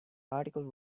article